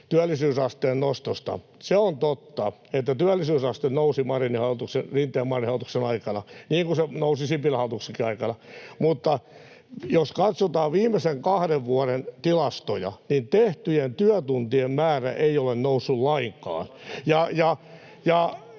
työllisyysasteen nostosta. Se on totta, että työllisyysaste nousi Rinteen—Marinin hallituksen aikana, niin kuin se nousi Sipilän hallituksenkin aikana, mutta jos katsotaan viimeisen kahden vuoden tilastoja, niin tehtyjen työtuntien määrä ei ole noussut lainkaan.